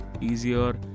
easier